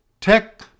Tech